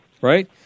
right